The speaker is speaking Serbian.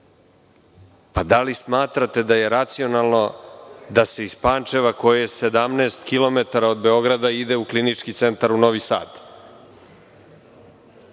li smatrate da je racionalno da se iz Pančeva koje je 17 kilometara od Beograda ide u Klinički centar u Novi Sad?